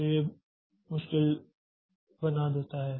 तो यह मुश्किल बना देता है